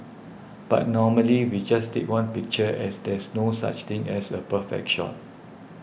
but normally we just take one picture as there's no such thing as a perfect shot